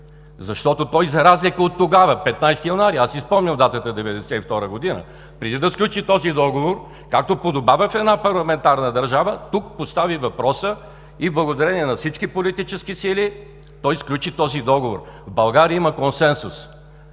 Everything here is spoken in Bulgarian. защото той, за разлика от тогава – 15 януари 1992 г., аз си спомням датата, преди да сключи този договор, както подобава в една парламентарна държава, тук постави въпроса и благодарение на всички политически сили той сключи този договор. В България има консенсус.